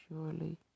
surely